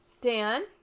Dan